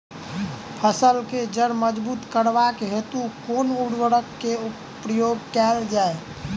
फसल केँ जड़ मजबूत करबाक हेतु कुन उर्वरक केँ प्रयोग कैल जाय?